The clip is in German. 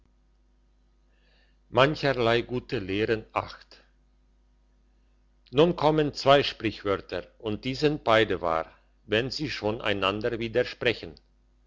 mancherlei gute lehren nun kommen zwei sprichwörter und die sind beide wahr wenn sie schon einander widersprechen